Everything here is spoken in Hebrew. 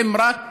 הם רק